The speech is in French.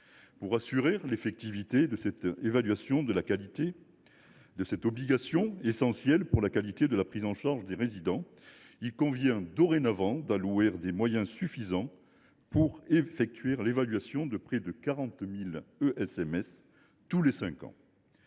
Pour assurer l’effectivité de cette obligation, essentielle pour assurer la qualité de la prise en charge des résidents, il convient dorénavant d’allouer les moyens suffisants pour réaliser l’évaluation de près de 40 000 ESMS tous les cinq ans.